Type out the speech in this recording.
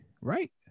right